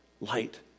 light